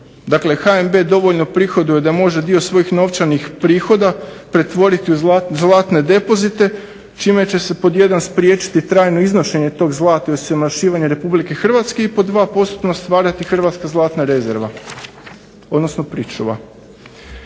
Dakle, HNB dovoljno prihoduje da može dio svojih novčanih prihoda pretvoriti u zlatne depozite čime će se pod 1 spriječiti trajno iznošenje tog zlata i osiromašivanje RH, a pod 2 postupno stvarati hrvatska zlatna rezerva, odnosno pričuva.